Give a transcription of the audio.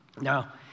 Now